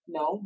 no